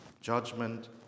judgment